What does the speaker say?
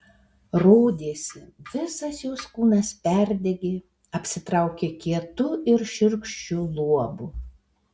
rodėsi visas jos kūnas perdegė apsitraukė kietu ir šiurkščiu luobu